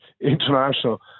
international